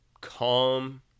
calm